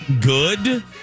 good